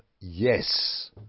Yes